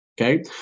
okay